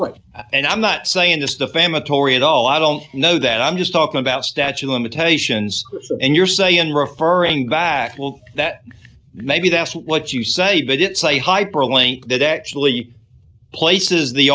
it and i'm not saying just the family tory at all i don't know that i'm just talking about statue of limitations in your say and referring back well that maybe that's what you say but it's a hyperlink that actually places the